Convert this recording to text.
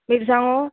मिरसांगो